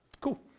Cool